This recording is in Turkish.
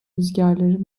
rüzgarları